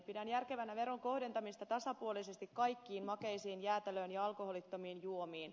pidän järkevänä veron kohdentamista tasapuolisesti kaikkiin makeisiin jäätelöön ja alkoholittomiin juomiin